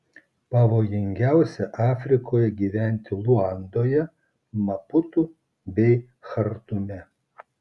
pavojingiausia afrikoje gyventi luandoje maputu bei chartume